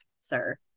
sir